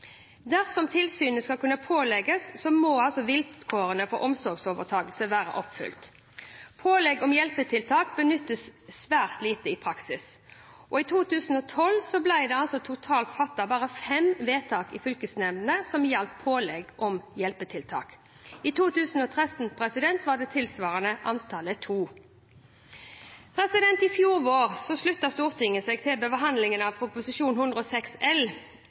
Dersom tilsynet skal kunne pålegges, må vilkårene for omsorgsovertakelse være oppfylt. Pålegg om hjelpetiltak benyttes svært lite i praksis. I 2012 ble det totalt fattet bare fem vedtak i fylkesnemndene som gjaldt pålegg om hjelpetiltak. I 2013 var det tilsvarende antallet to. I fjor vår, ved behandlingen av Prop.106 L for 2012–2013, sluttet Stortinget seg til